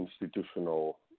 institutional